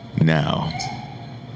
now